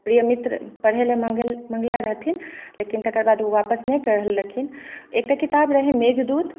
प्रिय मित्र पढ़ैलए माँगले रहथिन लेकिन तकर बाद ओ वापस नहि करलखिन एकटा किताब रहै मेघदूत